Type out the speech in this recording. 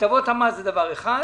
הטבות המס הן דבר אחד,